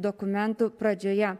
dokumentų pradžioje